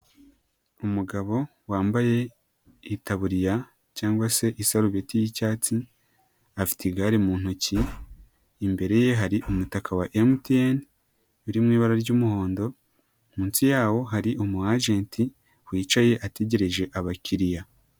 Umugabo wambaye itaburiya cyangwa se isarubeti y'icyatsi, afite igare mu ntoki, imbere ye hari umutaka wa MTN uri mu ibara ry'umuhondo, munsi yawo hari umu ajenti wicaye ategereje abakiriya.